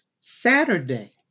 Saturday